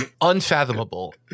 unfathomable